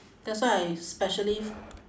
that's why I specially